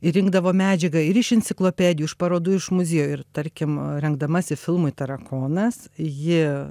ir rinkdavo medžiagą ir iš enciklopedijų iš parodų iš muziejų ir tarkim rengdamasi filmui tarakonas ji